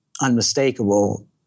unmistakable